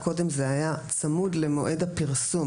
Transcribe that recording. קודם זה היה צמוד למועד הפרסום,